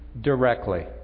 directly